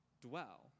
dwell